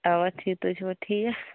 اوا ٹھیٖک تُہۍ چھوا ٹھیٖک